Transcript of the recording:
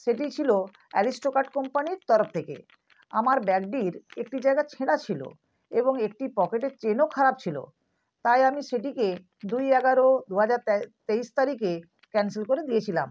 সেটি ছিল অ্যারিস্টোক্র্যাট কোম্পানির তরফ থেকে আমার ব্যাগটির একটি জায়গা ছেঁড়া ছিল এবং একটি পকেটের চেনও খারাপ ছিল তাই আমি সেটিকে দুই এগারো দুহাজার তেইশ তারিখে ক্যানসেল করে দিয়েছিলাম